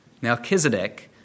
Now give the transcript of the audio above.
Melchizedek